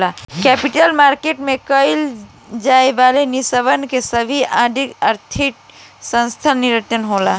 capital market में कईल जाए वाला निबेस के सेबी आदि आर्थिक संस्थान नियंत्रित होला